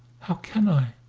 how can i,